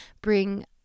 bring